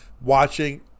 watching